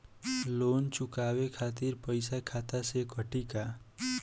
Loan चुकावे खातिर पईसा खाता से कटी का?